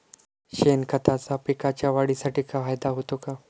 शेणखताचा पिकांच्या वाढीसाठी फायदा होतो का?